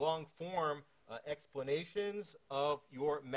זה חשוב מאוד.